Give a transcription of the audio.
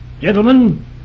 Gentlemen